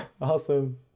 Awesome